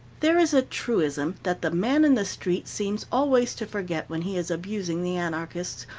there is a truism that the man in the street seems always to forget, when he is abusing the anarchists,